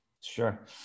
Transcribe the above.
Sure